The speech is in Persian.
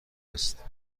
است